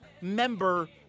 member